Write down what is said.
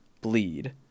bleed